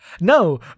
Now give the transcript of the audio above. No